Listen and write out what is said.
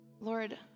Lord